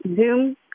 Zoom